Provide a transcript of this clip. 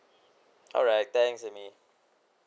alright thanks amy